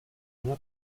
una